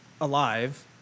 alive